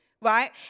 right